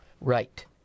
Right